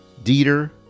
Dieter